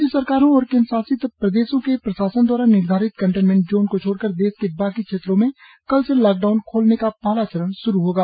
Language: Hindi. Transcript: राज्य सरकारों और केन्द्रशासित प्रदेशों के प्रशासन दवारा निर्धारित कंटेनमेंट जोन को छोड़कर देश के बाकी क्षेत्रों में कल से लॉकडाउन खोलने का पहला चरण श्रु होगा